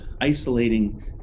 isolating